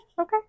okay